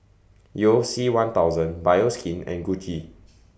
YOU C one thousand Bioskin and Gucci